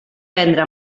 prendre